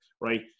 right